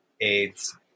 AIDS